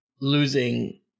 losing